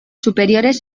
superiores